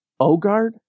Ogard